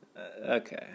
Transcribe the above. Okay